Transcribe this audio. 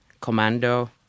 commando